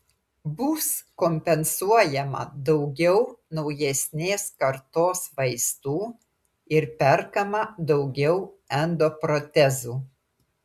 bus kompensuojama daugiau naujesnės kartos vaistų ir perkama daugiau endoprotezų